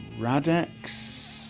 radx